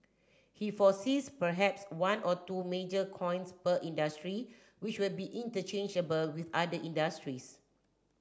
he foresees perhaps one or two major coins per industry which will be interchangeable with other industries